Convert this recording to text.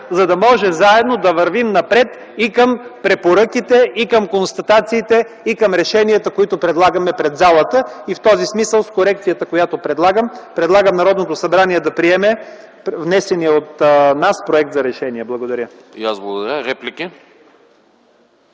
за да може заедно да вървим напред и към препоръките, и към констатациите, и към решенията, които предлагаме пред залата. В този смисъл с корекцията, която предлагам: Народното събрание да приеме внесения от нас Проект за решение. Благодаря. ПРЕДСЕДАТЕЛ АНАСТАС